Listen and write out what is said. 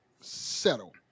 settle